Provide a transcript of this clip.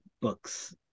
books